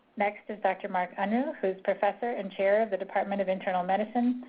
next is dr. mark unruh, who is professor and chair of the department of internal medicine,